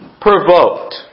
provoked